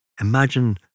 Imagine